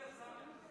תודה.